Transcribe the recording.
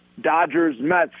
Dodgers-Mets